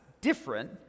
different